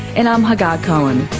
and i'm hagar cohen